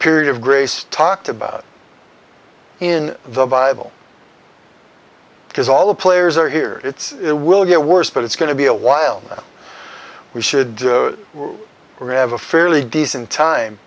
period of grace talked about in the bible because all the players are here it's the will get worse but it's going to be a while we should have a fairly decent time